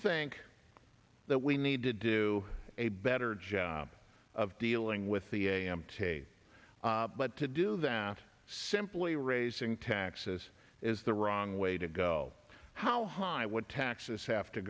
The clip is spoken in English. think that we need to do a better job of dealing with the a m t but to do that simply raising taxes is the wrong way to go how high would taxes have to